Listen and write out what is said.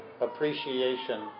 appreciation